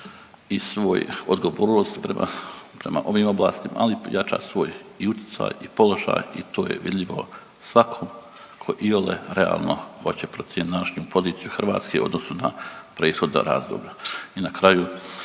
i svoj … prema ovim oblastima, ali jača i svoj i utjecaj i položaj i to je vidljivo svakom ko iole realno hoće procijenit današnju poziciju Hrvatske u odnosu na prethodna razdoblja. I na kraju